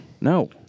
No